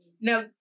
Now